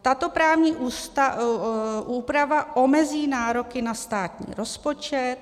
Tato právní úprava omezí nároky na státní rozpočet.